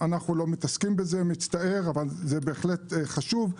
אנחנו לא מתעסקים בזה, מצטער, אבל זה בהחלט חשוב.